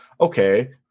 okay